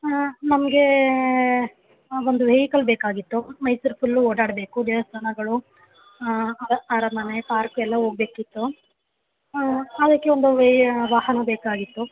ಹಾಂ ನಮಗೆ ಒಂದು ವೆಹಿಕಲ್ ಬೇಕಾಗಿತ್ತು ಮೈಸೂರು ಫುಲ್ಲು ಓಡಾಡಬೇಕು ದೇವಸ್ಥಾನಗಳು ಅರಮನೆ ಪಾರ್ಕು ಎಲ್ಲ ಹೋಗ್ಬೇಕಿತ್ತು ಅದಕ್ಕೆ ಒಂದು ವೆಹಿ ವಾಹನ ಬೇಕಾಗಿತ್ತು